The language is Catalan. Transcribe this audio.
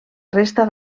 resta